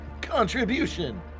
Contribution